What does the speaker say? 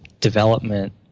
development